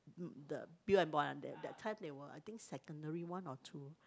mm the that time they were I think secondary one or two